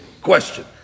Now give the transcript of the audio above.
question